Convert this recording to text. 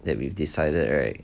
that we've decided right